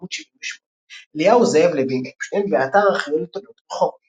עמ' 78 אליהו זאב לוין אפשטיין באתר הארכיון לתולדות רחובות